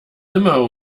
immer